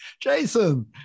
Jason